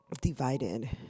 divided